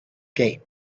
gate